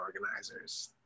organizers